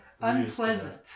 unpleasant